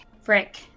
Frick